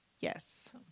Yes